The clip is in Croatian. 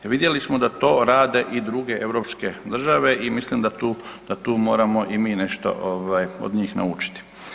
Vidjeli smo da to rade i druge europske države i mislim da tu moramo i mi nešto od njih naučiti.